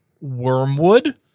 wormwood